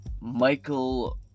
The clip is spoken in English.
Michael